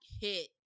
hit